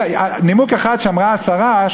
נימוק אחד שאמרה השרה,